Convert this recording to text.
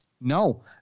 no